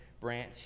branch